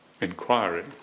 inquiry